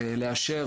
לאשר,